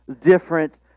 different